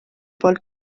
poolt